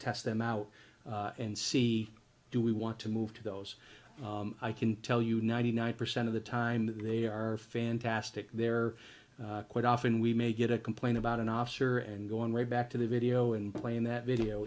test them out and see do we want to move to those i can tell you ninety nine percent of the time they are fantastic they're quite often we may get a complaint about an officer and going right back to the video and playing that video